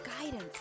guidance